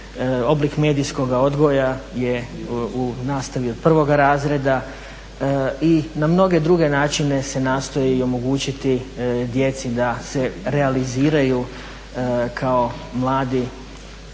oblik medijskoga odgoja je u nastavi od prvoga razreda. I na mnoge druge načine se nastoji i omogućiti djeci da se realiziraju kao mladi,